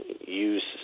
use